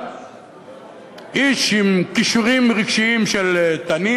איש עם כישורים רגשיים של תנין,